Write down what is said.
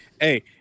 hey